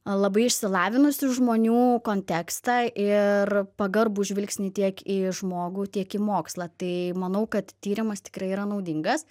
labai išsilavinusių žmonių kontekstą ir pagarbų žvilgsnį tiek į žmogų tiek į mokslą tai manau kad tyrimas tikrai yra naudingas